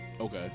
Okay